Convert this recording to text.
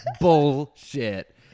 bullshit